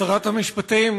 שרת המשפטים,